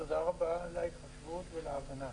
תודה רבה עבור ההתחשבות וההבנה.